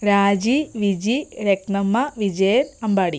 രാജി വിജി രത്നമ്മ വിജയൻ അമ്പാടി